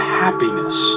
happiness